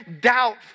doubt